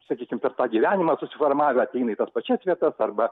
sakykim per tą gyvenimą susiformavę ateina į tas pačias vietas arba